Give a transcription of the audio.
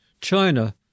China